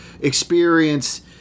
Experience